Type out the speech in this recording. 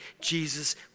Jesus